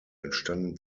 entstanden